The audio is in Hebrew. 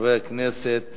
חבר הכנסת